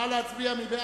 נא להצביע.